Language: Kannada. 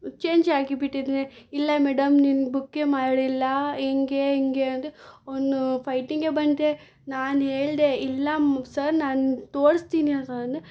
ಚೇಂಜಾಗಿ ಬಿಟ್ಟಿದ್ನೆ ಇಲ್ಲ ಮೇಡಮ್ ನೀವು ಬುಕ್ಕೇ ಮಾಡಿಲ್ಲ ಹಿಂಗೆ ಹಿಂಗೆ ಅಂದು ಅವ್ನು ಫೈಟಿಂಗೆ ಬಂದ ನಾನು ಹೇಳಿದೆ ಇಲ್ಲ ಸರ್ ನಾನು ತೋರಿಸ್ತೀನಿ ಅಂತ ಅಂದೆ